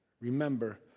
Remember